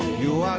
you